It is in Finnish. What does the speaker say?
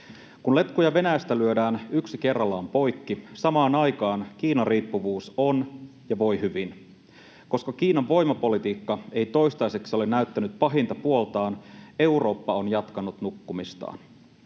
Kun letkuja Venäjästä lyödään yksi kerrallaan poikki, samaan aikaan Kiina-riippuvuus on ja voi hyvin. Koska Kiinan voimapolitiikka ei toistaiseksi ole näyttänyt pahinta puoltaan, Eurooppa on jatkanut nukkumistaan.